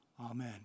Amen